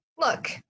Look